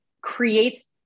creates